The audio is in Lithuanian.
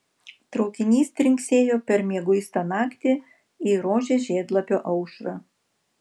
traukinys trinksėjo per mieguistą naktį į rožės žiedlapio aušrą